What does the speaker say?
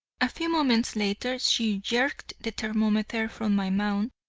a few moments later she jerked the thermometer from my mouth,